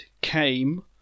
came